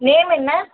name என்ன